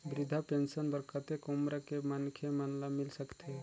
वृद्धा पेंशन बर कतेक उम्र के मनखे मन ल मिल सकथे?